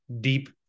deep